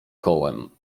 kołem